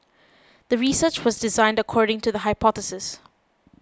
the research was designed according to the hypothesis